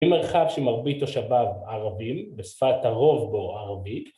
אם מרחב שמרבית תושביו ערבים, בשפת הרוב בו ערבית